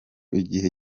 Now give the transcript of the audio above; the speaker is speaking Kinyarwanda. igihe